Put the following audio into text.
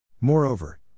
Moreover